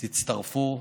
תצטרפו,